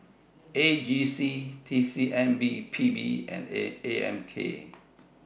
A G C T C M P B and A M K